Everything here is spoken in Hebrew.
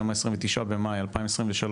היום ה-29.5.23,